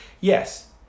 Yes